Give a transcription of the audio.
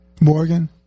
Morgan